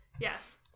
Yes